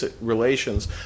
relations